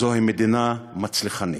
זוהי מדינה מצליחנית.